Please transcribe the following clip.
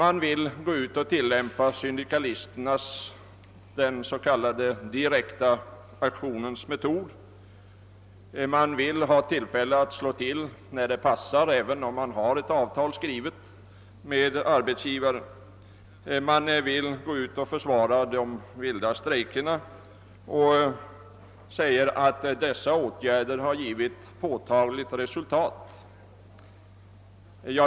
De vill tillämpa den direkta aktionens metod, de vill ha rätt att slå till när det passar även om det finns ett avtal med arbetsgivaren. De vill försvara de vilda strejkerna och säger att dessa har givit påtagliga resultat.